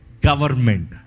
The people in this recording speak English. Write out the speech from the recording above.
government